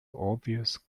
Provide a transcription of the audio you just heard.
obvious